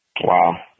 Wow